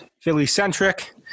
Philly-centric